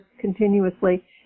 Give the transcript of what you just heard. continuously